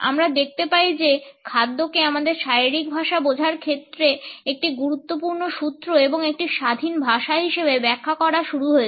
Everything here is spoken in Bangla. আমরা দেখতে পাই যে খাদ্যকে আমাদের শারীরিক ভাষা বোঝার ক্ষেত্রে একটি গুরুত্বপূর্ণ সূত্র এবং একটি স্বাধীন ভাষা হিসাবে ব্যাখ্যা করা শুরু হয়েছে